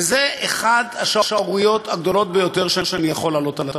וזאת אחת השערוריות הגדולות ביותר שאני יכול להעלות על הדעת.